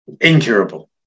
incurable